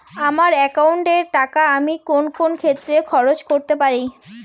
আমার একাউন্ট এর টাকা আমি কোন কোন ক্ষেত্রে খরচ করতে পারি?